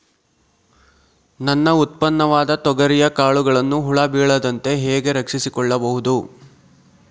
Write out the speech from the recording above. ನನ್ನ ಉತ್ಪನ್ನವಾದ ತೊಗರಿಯ ಕಾಳುಗಳನ್ನು ಹುಳ ಬೇಳದಂತೆ ಹೇಗೆ ರಕ್ಷಿಸಿಕೊಳ್ಳಬಹುದು?